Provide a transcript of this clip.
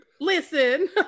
Listen